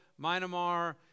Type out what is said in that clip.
Myanmar